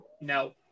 No